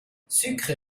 sucre